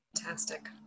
Fantastic